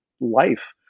life